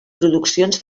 produccions